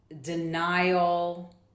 denial